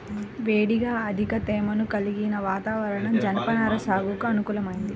వేడిగా అధిక తేమను కలిగిన వాతావరణం జనపనార సాగుకు అనుకూలమైంది